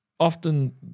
Often